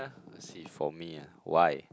see for me ah why